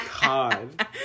god